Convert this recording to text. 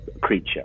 creature